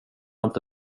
inte